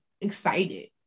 excited